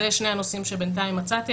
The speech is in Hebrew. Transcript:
אלה הם שני הנושאים שבינתיים מצאתי,